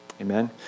Amen